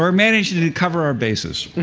we're managing to cover our bases.